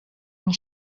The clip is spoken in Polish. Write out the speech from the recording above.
nie